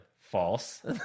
False